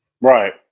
Right